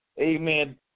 amen